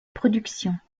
productions